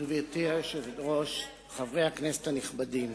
גברתי היושבת-ראש, חברי הכנסת הנכבדים,